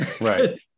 Right